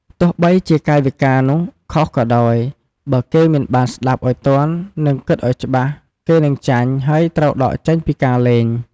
ទោះបីជាកាយវិការនោះខុសក៏ដោយ បើគេមិនបានស្ដាប់ឱ្យទាន់ និងគិតឱ្យច្បាស់ គេនឹងចាញ់ ហើយត្រូវដកចេញពីការលេង។